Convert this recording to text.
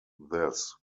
this